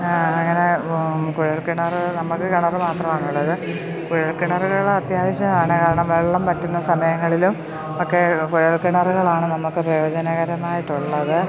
അങ്ങനെ കുഴല്ക്കിണര് നമുക്ക് കിണര് മാത്രമാണുള്ളത് കുഴൽക്കിണറുകള് അത്യാവശ്യമാണ് കാരണം വെള്ളം പറ്റുന്ന സമയങ്ങളിലൊക്കെ കുഴൽക്കിണറുകളാണ് നമുക്ക് പ്രയോജനകരമായിട്ടുള്ളത്